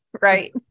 right